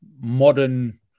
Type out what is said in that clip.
modern